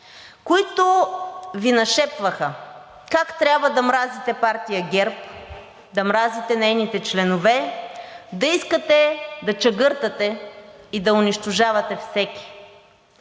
които Ви нашепваха как трябва да мразите партия ГЕРБ, да мразите нейните членове, да искате да чегъртате и да унищожавате всеки.